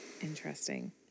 interesting